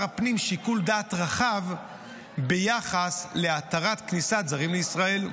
הפנים שיקול דעת רחב ביחס להתרת כניסת זרים לישראל.